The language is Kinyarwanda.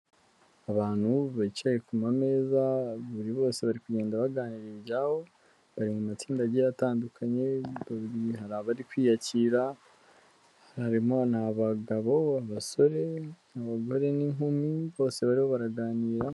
Abantu bicaye ku mameza buri bose bari kugenda baganira ibyabo, bari mu matsinda agiye atandukanye, hari abari kwiyakira, harimo n'abagabo, abasore, abagore n'inkumi bose bariho baraganira.